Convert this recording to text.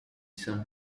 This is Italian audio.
san